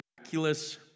miraculous